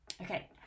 okay